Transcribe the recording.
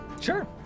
Sure